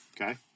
Okay